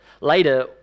later